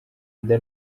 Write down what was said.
inda